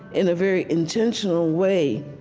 in a very intentional way,